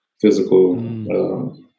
physical